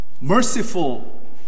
merciful